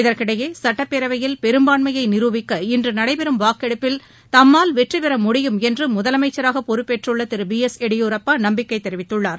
இதற்கிடையே சட்டப்பேரவையில் பெரும்பான்மயை நிரூபிக்க இன்று நடைபெறும் வாக்கெடுப்பில் தம்மால் வெற்றிபெற முடியும் என்று முதலமைச்சராக பொறுப்பேற்றுள்ள திரு பி எஸ் எடியூரப்பா நம்பிக்கை தெரிவித்துள்ளார்